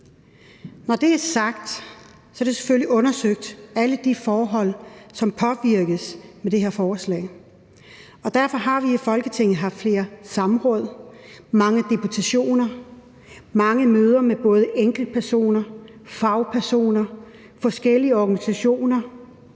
Når det er sagt, er alle de forhold, som påvirkes af det her forslag, selvfølgelig undersøgt. Derfor har vi i Folketinget haft flere samråd, mange deputationer og mange møder med både enkeltpersoner, fagpersoner og forskellige organisationer.